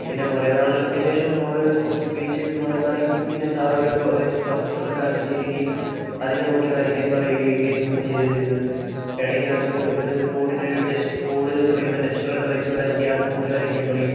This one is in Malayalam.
പിന്നെ കുറേ നാളുകൾക്ക് ശേഷം നമ്മൾ കുറച്ച് ബീച്ച് മാറി മാറി പിന്നെ സർ ഓരോ വസ്തുക്കളെ കാണിച്ച് തരികയും അതിനെ നോക്കി വരയ്ക്കാൻ പറയുകയും ഒക്കെയായിരുന്നു ചെയ്തുകൊണ്ടിരുന്നത് ഇടക്ക് നമുക്ക് ഒരു ബോർഡിൽ ഒരു ബോർഡ് തുടയ്ക്കുന്ന ഡസ്റ്റർ ഒക്കെ വെച്ച് വരക്കാൻ നോക്കി വരക്കാൻ പറയും